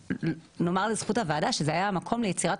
נאמר לזכות הוועדה שזה היה המקום ליצירת